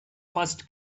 first